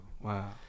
Wow